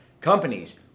Companies